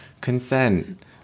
consent